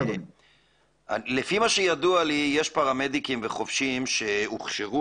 לפי מה שידוע לי יש פרמדיקים וחובשים שהוכשרו